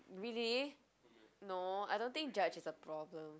really no I don't think judge is a problem